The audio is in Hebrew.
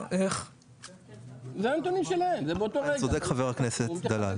חבר הכנסת דלל צודק.